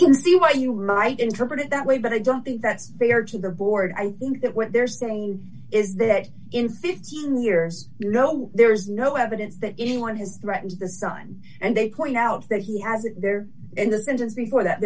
can see why you might interpret it that way but i don't think that's fair to the board i think that what they're saying is that in fifteen years you know there is no evidence that anyone has threatens the sun and they point out that he has it there in the sentence before that